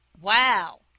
Wow